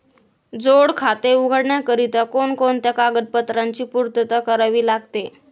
जोड खाते उघडण्याकरिता कोणकोणत्या कागदपत्रांची पूर्तता करावी लागते?